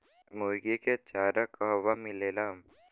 मुर्गी के चारा कहवा मिलेला?